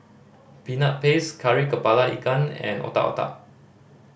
Peanut Paste Kari Kepala Ikan and Otak Otak